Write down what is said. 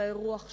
על האירוח שלו,